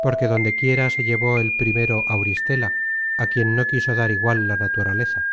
porque donde quiera se llevó el primero auristela á quien no quiso dar igual la naturaleza